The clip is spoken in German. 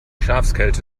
schafskälte